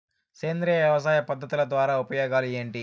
సేంద్రియ వ్యవసాయ పద్ధతుల ద్వారా ఉపయోగాలు ఏంటి?